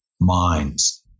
Minds